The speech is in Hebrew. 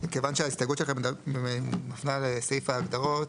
כיוון שההסתייגות שלכם נפלה על סעיף ההגדרות,